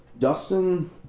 Justin